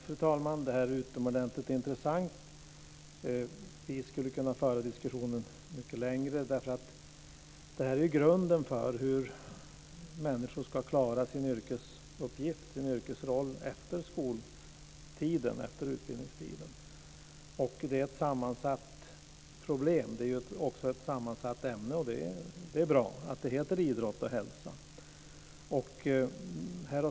Fru talman! Det här är utomordentligt intressant. Vi skulle kunna föra diskussionen mycket längre. Det här är ju grunden för hur människor ska klara sin yrkesuppgift, sin yrkesroll efter skoltiden, efter utbildningstiden. Det är ett sammansatt problem. Det är också ett sammansatt ämne, och det är bra att det heter idrott och hälsa.